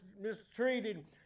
mistreated